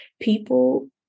People